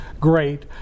great